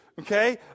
Okay